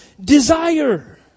desire